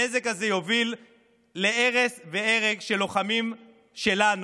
הנזק הזה יוביל להרס והרג של לוחמים שלנו.